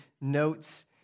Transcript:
notes